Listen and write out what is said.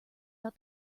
out